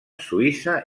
suïssa